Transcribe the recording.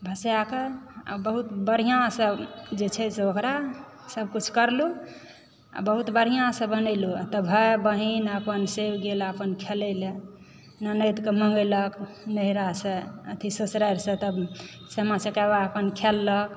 भसाकऽ आओर बहुत बढ़िआँसँ जे छै से ओकरा सब किछु करलहुँ आओर बहुत बढ़िआँ सँ बनेलहुँ तऽ भाए बहिन अपन से गेल अपन खेलै लऽ ननदि कऽ मङ्गेलक नैहिरासँ अथी ससुरारि सँ तब सामा चकेवा अपन खेललक